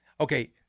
Okay